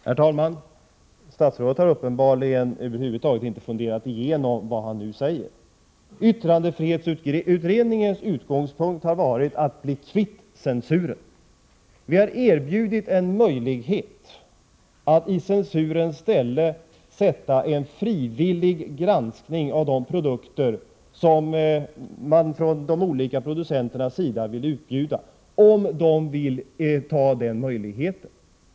Herr talman! Statsrådet har uppenbarligen inte alls funderat igenom vad han nu säger. Yttrandefrihetsutredningens utgångspunkt har varit att bli kvitt censuren. Vi har erbjudit en möjlighet att i censurens ställe sätta en frivillig granskning av de produkter som man från de olika producenternas sida bjuder ut, om de vill ta denna möjlighet.